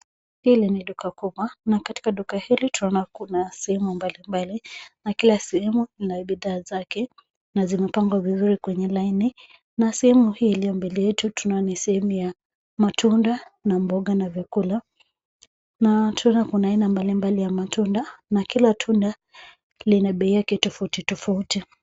Hili ni duka kubwa na katika duka hili tunaona kuna sehemu mbalimbali na kila sehemu ina bidhaa zake na zimepangwa vizuri kwenye laini, na sehemu hii iliyo mbele yetu tunaona ni sehemu ya matunda na mboga na vyakula na tunaona kuna aina mbalimbali ya matunda na kila tunda lina bei yake tofauti tofauti.